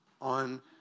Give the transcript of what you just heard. on